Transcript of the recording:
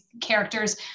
characters